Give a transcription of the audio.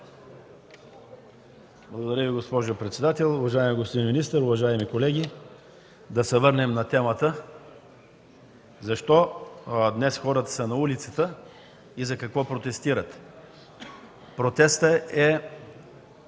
Благодаря, госпожо председател. Уважаеми господин министър, уважаеми колеги! Да се върнем на темата – защо днес хората са на улицата и за какво протестират. Протестът е,